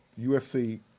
USC